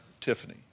Tiffany